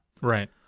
Right